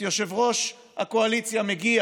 יושב-ראש הקואליציה מגיע